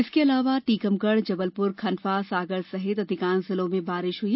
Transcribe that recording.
इसके अलावा टीकमगढ़ जबलपुर खंडवा सागर सहित अधिकांश जिलों में बारिश हुई